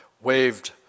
waved